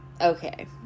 okay